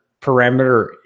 parameter